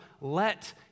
let